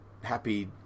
happy